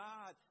God